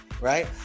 right